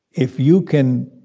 if you can